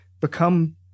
become